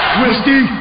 whiskey